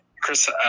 Chris